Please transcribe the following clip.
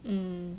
mm